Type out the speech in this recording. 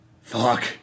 Fuck